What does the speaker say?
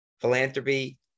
philanthropy